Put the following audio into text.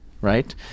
right